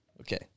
Okay